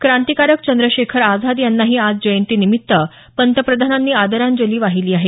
क्रांतिकारक चंद्रशेखर आझाद यांनाही आज जयंती निमित्त पंतप्रधानांनी आदरांजली वाहिली आहे